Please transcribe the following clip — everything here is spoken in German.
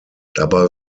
dabei